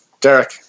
Derek